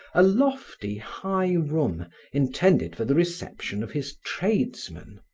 a lofty high room intended for the reception of his tradesmen.